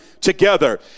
together